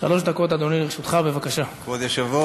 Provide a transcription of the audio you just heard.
תודה רבה,